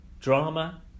drama